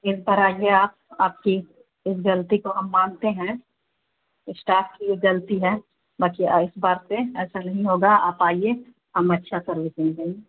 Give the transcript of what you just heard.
کہہ کر آئیے آپ آپ کی اس غلطی کو ہم مانتے ہیں اشٹاف کی یہ غلطی ہے باقی اس بار سے ایسا نہیں ہوگا آپ آئیے ہم اچھا سروسنگ دیں گے